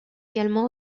également